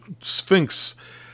Sphinx